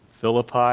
Philippi